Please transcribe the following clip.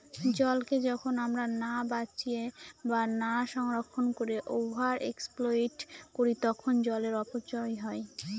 জলকে যখন আমরা না বাঁচিয়ে বা না সংরক্ষণ করে ওভার এক্সপ্লইট করি তখন জলের অপচয় হয়